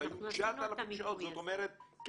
אנחנו עשינו את המיפוי הזה.